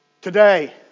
Today